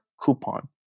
coupon